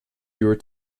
you’re